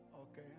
Okay